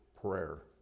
prayer